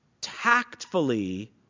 tactfully